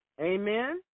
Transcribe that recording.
Amen